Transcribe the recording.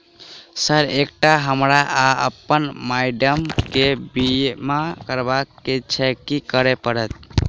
Sir एकटा हमरा आ अप्पन माइडम केँ बीमा करबाक केँ छैय की करऽ परतै?